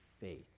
faith